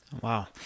Wow